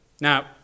Now